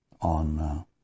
on